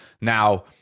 now